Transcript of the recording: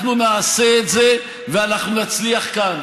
אנחנו נעשה את זה ואנחנו נצליח כאן.